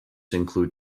include